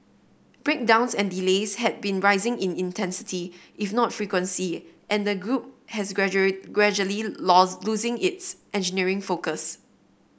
breakdowns and delays had been rising in intensity if not frequency and the group has gradual gradually lose losing its engineering focus